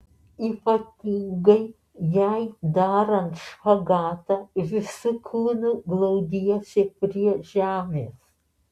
ypatingai jei darant špagatą visu kūnu glaudiesi prie žemės